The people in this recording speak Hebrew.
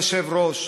כבוד היושב-ראש,